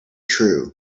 true